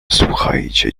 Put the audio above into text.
słuchajcie